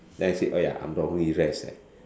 then I said oh ya I'm wrongly dressed ah